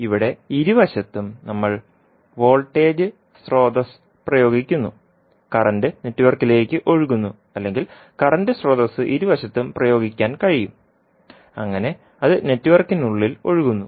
ഇവിടെ ഇരുവശത്തും നമ്മൾ വോൾട്ടേജ് സ്രോതസ്സ് പ്രയോഗിക്കുന്നു കറന്റ് നെറ്റ്വർക്കിലേക്ക് ഒഴുകുന്നു അല്ലെങ്കിൽ കറന്റ് സ്രോതസ്സ് ഇരുവശത്തും പ്രയോഗിക്കാൻ കഴിയും അങ്ങനെ അത് നെറ്റ്വർക്കിനുള്ളിൽ ഒഴുകുന്നു